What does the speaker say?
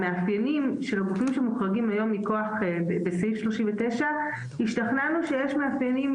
המאפיינים של הגופים שמוחרגים היום בסעיף 39 השתכנענו שיש מאפיינים